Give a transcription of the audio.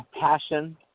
passion